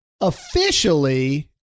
officially